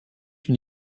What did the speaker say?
une